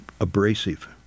abrasive